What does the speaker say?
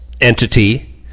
entity